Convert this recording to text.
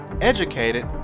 educated